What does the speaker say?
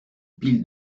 pile